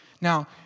Now